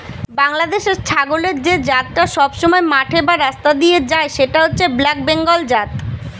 বাংলাদেশের ছাগলের যে জাতটা সবসময় মাঠে বা রাস্তা দিয়ে যায় সেটা হচ্ছে ব্ল্যাক বেঙ্গল জাত